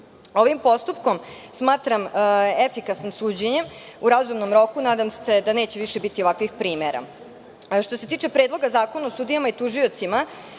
Ovim postupkom smatram efikasnim suđenjem u razumnom roku i nadam se da neće više biti ovakvih primera. Što se tiče Predloga zakona o sudijama i tužiocima,